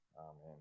Amen